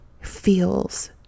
feels